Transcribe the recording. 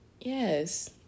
yes